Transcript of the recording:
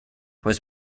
was